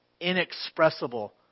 Inexpressible